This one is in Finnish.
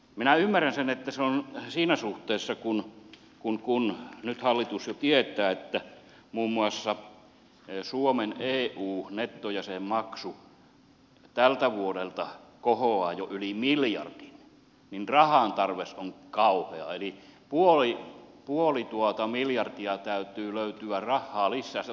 minä ymmärrän sen että siinä suhteessa kun nyt hallitus jo tietää että muun muassa suomen eu nettojäsenmaksu tältä vuodelta kohoaa jo yli miljardin rahantarve on kauhea eli puoli miljardia täytyy löytyä rahaa lisää